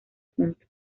punto